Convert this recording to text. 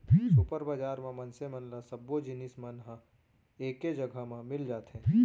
super बजार म मनसे मन ल सब्बो जिनिस मन ह एके जघा म मिल जाथे